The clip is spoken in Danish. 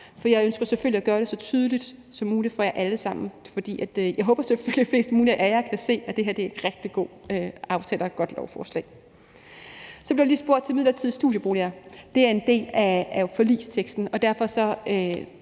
jeg ønsker selvfølgelig at gøre det så tydeligt som muligt for jer alle sammen, og jeg håber selvfølgelig, at de fleste af jer kan se, at det her er en rigtig god aftale og et godt lovforslag. Så blev der lige spurgt til de midlertidige studieboliger. Det er en del af forligsteksten,